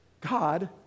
God